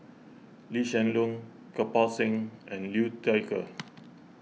Lee Hsien Loong Kirpal Singh and Liu Thai Ker